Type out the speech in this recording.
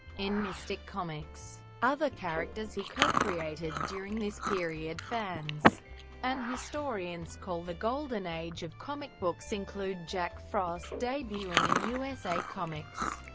in mystic comics. other characters he co-created during this period fans and historians call the golden age of comic books include jack frost, debuting in u s a. comics,